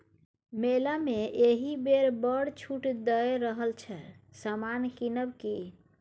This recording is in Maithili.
मेला मे एहिबेर बड़ छूट दए रहल छै समान किनब कि?